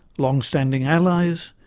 long-standing allies,